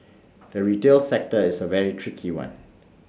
the retail sector is A very tricky one